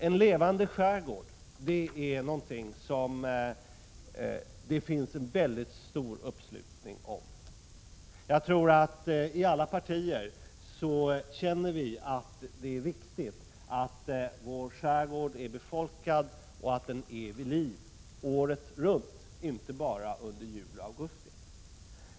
En levande skärgård är något som det finns en stor uppslutning kring. I alla partier känner vi att det är viktigt att vår skärgård är befolkad och att den är vid liv året runt - inte bara under juli och augusti.